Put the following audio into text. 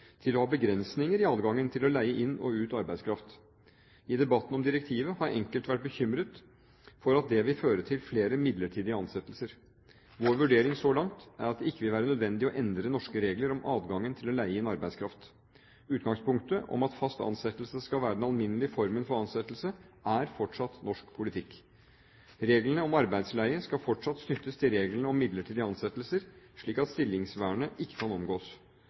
til å ha begrensninger i adgangen til å leie inn og ut arbeidskraft. I debatten om direktivet har enkelte vært bekymret for at det vil føre til flere midlertidige ansettelser. Vår vurdering så langt er at det ikke vil være nødvendig å endre de norske reglene om adgangen til å leie inn arbeidskraft. Utgangspunktet om at fast ansettelse skal være den alminnelige formen for ansettelse, er fortsatt norsk politikk. Reglene om arbeidsleie skal fortsatt knyttes til reglene om midlertidige ansettelser, slik at stillingsvernet ikke kan omgås.